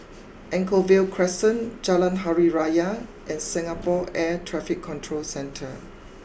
Anchorvale Crescent Jalan Hari Raya and Singapore Air Traffic Control Centre